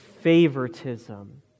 favoritism